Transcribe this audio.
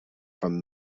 from